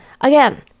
again